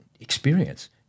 experience